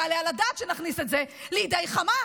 ואנחנו נעשה את זה אילו לחברת הכנסת דיסטל,